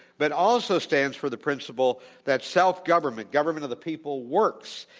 but also stands for the principle that self-government, government of the people, works.